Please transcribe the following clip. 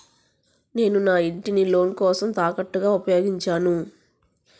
నేను నా ఇంటిని లోన్ కోసం తాకట్టుగా ఉపయోగించాను